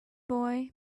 boy